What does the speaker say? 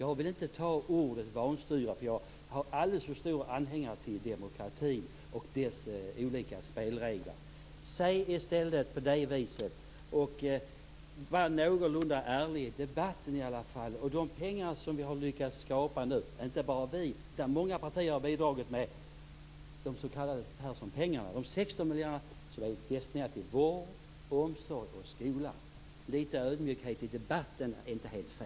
Jag vill inte använda ordet vanstyre, eftersom jag är en alldeles för stor anhängare till demokratin och dess olika spelregler. Var åtminstone någorlunda ärlig i debatten! De pengar som vi nu har lyckats få ihop - och det är inte bara vi, utan många partier har bidragit till de s.k. Perssonpengarna på 16 miljarder - är destinerade till vård, omsorg och skola. Det är inte helt fel med litet ödmjukhet i debatten ibland.